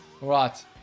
right